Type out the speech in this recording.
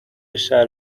شهر